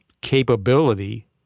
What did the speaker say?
capability